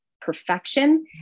perfection